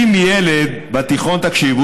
תקשיבו,